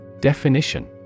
Definition